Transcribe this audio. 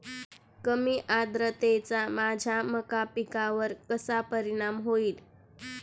कमी आर्द्रतेचा माझ्या मका पिकावर कसा परिणाम होईल?